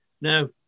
now